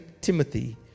Timothy